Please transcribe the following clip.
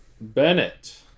Bennett